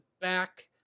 back